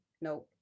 No